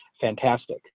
fantastic